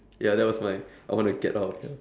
ya that was my I want to get out of here